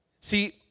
See